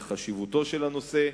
לחשיבותו של הנושא.